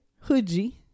Hoodie